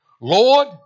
Lord